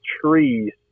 trees